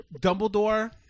Dumbledore